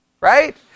Right